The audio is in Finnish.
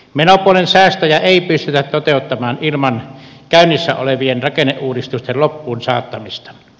menopuolen säästöjä ei pystytä toteuttamaan ilman käynnissä olevien rakenneuudistusten loppuun saattamista